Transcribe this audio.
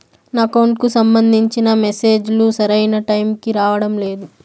నా అకౌంట్ కు సంబంధించిన మెసేజ్ లు సరైన టైము కి రావడం లేదు